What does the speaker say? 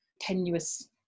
tenuous